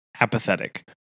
apathetic